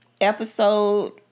episode